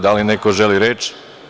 Da li neko želi reč?